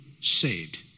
saved